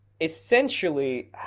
essentially